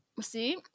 see